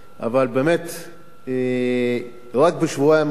אבל באמת, רק בשבועיים האחרונים,